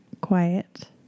quiet